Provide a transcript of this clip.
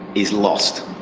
is lost,